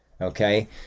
Okay